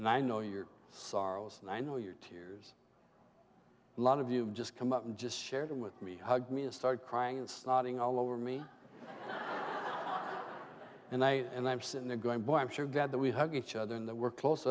and i know your sorrows and i know your tears a lot of you've just come up and just share them with me hug me and started crying and snotting all over me and i and i'm sitting there going boy i'm sure glad that we hug each other in the we're close